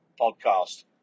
podcast